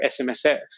SMSF